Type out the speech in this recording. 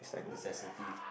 necessity